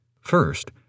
First